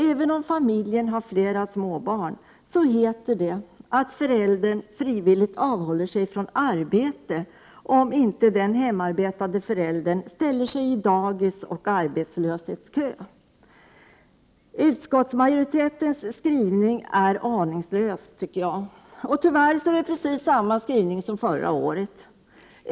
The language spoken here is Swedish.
Även om familjen har flera små barn heter det att en förälder frivilligt avhåller sig från arbete om inte den hemarbetande föräldern ställer sig i daghemskö och Utskottsmajoritetens skrivning är aningslös. Tyvärr är det precis samma skrivning som förra året.